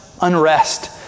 unrest